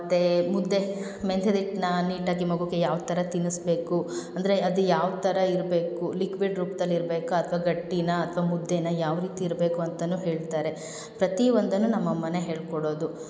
ಮತ್ತು ಮುದ್ದೆ ಮೆಂತೆದು ಹಿಟ್ಟನ್ನ ನೀಟಾಗಿ ಮಗುಗೆ ಯಾವ ಥರ ತಿನ್ನಿಸ್ಬೇಕು ಅಂದರೆ ಅದು ಯಾವ ಥರ ಇರಬೇಕು ಲಿಕ್ವಿಡ್ ರೂಪ್ದಲ್ಲಿ ಇರಬೇಕ ಅಥ್ವಾ ಗಟ್ಟಿನಾ ಅಥ್ವಾ ಮುದ್ದೆನ ಯಾವ ರೀತಿ ಇರಬೇಕು ಅಂತಲೂ ಹೇಳ್ತಾರೆ ಪ್ರತಿಯೊಂದನ್ನು ನಮ್ಮ ಅಮ್ಮನೇ ಹೇಳಿಕೊಡೋದು